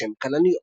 בשם "כלניות".